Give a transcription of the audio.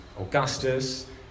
Augustus